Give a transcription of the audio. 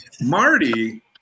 Marty